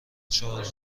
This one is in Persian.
چهار